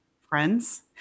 friends